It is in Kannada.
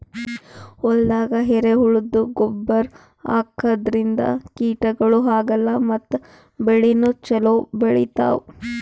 ಹೊಲ್ದಾಗ ಎರೆಹುಳದ್ದು ಗೊಬ್ಬರ್ ಹಾಕದ್ರಿನ್ದ ಕೀಟಗಳು ಆಗಲ್ಲ ಮತ್ತ್ ಬೆಳಿನೂ ಛಲೋ ಬೆಳಿತಾವ್